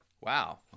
wow